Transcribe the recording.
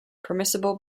permissible